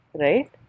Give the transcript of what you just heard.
right